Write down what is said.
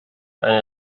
ein